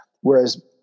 Whereas